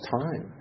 time